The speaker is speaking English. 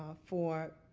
for